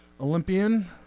Olympian